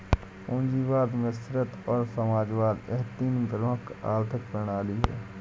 पूंजीवाद मिश्रित और समाजवाद यह तीन प्रमुख आर्थिक प्रणाली है